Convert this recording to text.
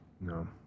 No